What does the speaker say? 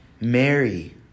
Mary